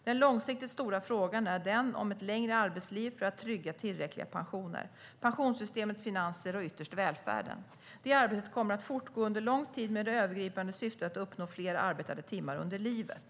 Den långsiktigt stora frågan är den om ett längre arbetsliv för att trygga tillräckliga pensioner, pensionssystemets finanser och ytterst välfärden. Det arbetet kommer att fortgå under lång tid med det övergripande syftet att uppnå fler arbetade timmar under livet.